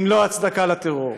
אם לא הצדקה לטרור?